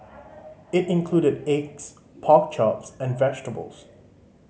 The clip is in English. it included eggs pork chops and vegetables